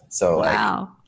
Wow